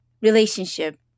relationship